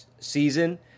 Season